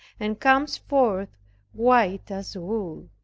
and comes forth white as wool.